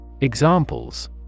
Examples